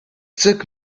took